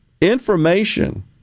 information